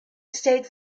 stayed